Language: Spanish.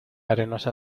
arenosa